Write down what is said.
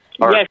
Yes